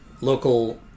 local